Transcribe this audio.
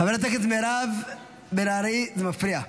חברת הכנסת מירב בן ארי, זה מפריע.